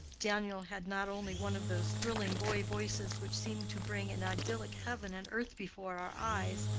daniel had not only one of those thrilling boy voices which seem to bring an idyllic heaven and earth before our eyes,